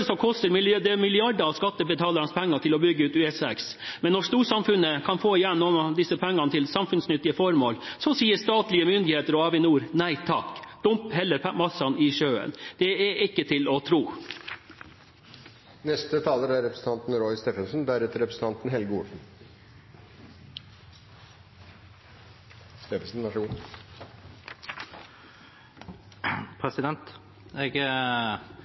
koster det milliarder av skattebetalernes penger for å bygge ut E6, men når storsamfunnet kan få igjen noen av disse pengene til samfunnsnyttige formål, sier statlige myndigheter og Avinor: nei takk, dump heller massene i sjøen. Det er ikke til å tro! Jeg registrerer at i debatten er